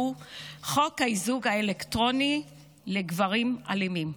הוא חוק האיזוק האלקטרוני לגברים אלימים.